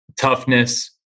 toughness